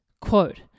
Quote